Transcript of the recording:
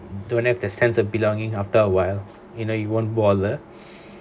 don't have the sense of belonging after awhile you know you won't bother